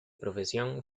profesión